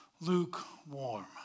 lukewarm